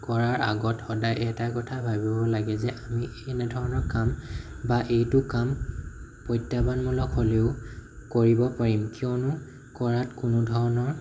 কৰাৰ আগত সদায় এটা কথা ভাবিব লাগে যে আমি এনে ধৰণৰ কাম বা এইটো কাম প্ৰত্যাহ্বানমূলক হ'লেও কৰিব পাৰিম কিয়নো কৰাত কোনো ধৰণৰ